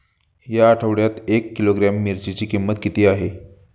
या आठवड्यात एक किलोग्रॅम मिरचीची किंमत किती आहे?